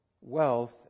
wealth